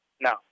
No